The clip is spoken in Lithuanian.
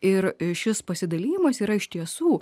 ir šis pasidalijimas yra iš tiesų